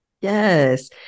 Yes